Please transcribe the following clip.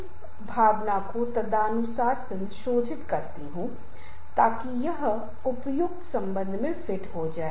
आमतौर पर हम सलाह देते हैं कि जहां तक संभव हो हमें नकारात्मक शब्दों का उपयोग नहीं करना चाहिए आम तौर पर लोगों को सकारात्मक शब्दों के बजाय नकारात्मक शब्दों का उपयोग करने की आदत होती है